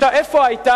עכשיו, איפה היתה